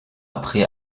après